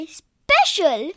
special